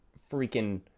freaking